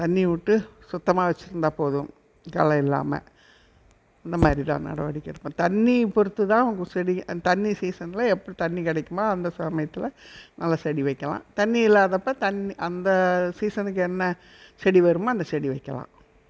தண்ணி விட்டு சுத்தமாக வச்சிருந்தால் போதும் களை இல்லாமல் இந்த மாதிரி தான் நடவடிக்கை எடுக்கணும் தண்ணி பொறுத்துதான் உங்கள் செடி அந்த தண்ணி சீசன்ல எப்போ தண்ணி கிடைக்குமோ அந்த சமயத்தில் நல்லா செடி வைக்கலாம் தண்ணி இல்லாதப்போ தண்ணி அந்த சீசனுக்கு என்ன செடி வருமோ அந்த செடி வைக்கலாம்